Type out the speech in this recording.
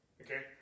okay